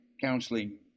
counseling